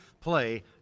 play